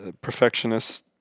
perfectionist